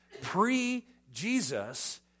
Pre-Jesus